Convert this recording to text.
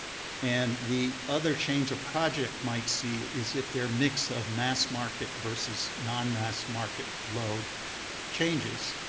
and the other change a project might see is if their mix of mass market versus non-mass market load changes,